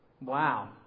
wow